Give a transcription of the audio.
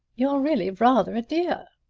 you're really rather a dear!